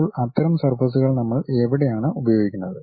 ഇപ്പോൾ അത്തരം സർഫസ്കൾ നമ്മൾ എവിടെയാണ് ഉപയോഗിക്കുന്നത്